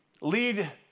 lead